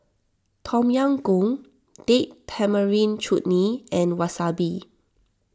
Tom Yam Goong Date Tamarind Chutney and Wasabi